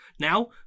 Now